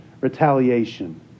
retaliation